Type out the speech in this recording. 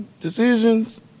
decisions